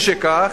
משכך,